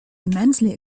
immensely